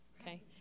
okay